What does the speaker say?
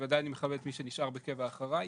בוודאי אני מכבד את מי שנשאר בקבע אחריי.